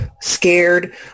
scared